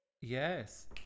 Yes